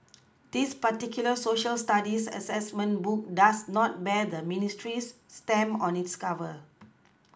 this particular Social Studies assessment book does not bear the ministry's stamp on its cover